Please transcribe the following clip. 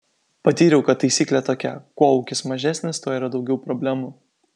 patyriau kad taisyklė tokia kuo ūkis mažesnis tuo yra daugiau problemų